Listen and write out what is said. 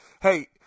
hey